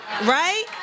right